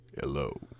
Hello